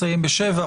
מסיים בשבח,